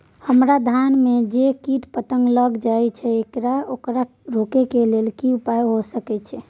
हमरा धान में जे कीट पतंग लैग जाय ये ओकरा रोके के कि उपाय भी सके छै?